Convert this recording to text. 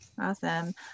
Awesome